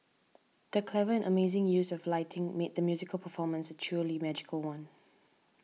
the clever and amazing use of lighting made the musical performance truly magical one